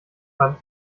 beim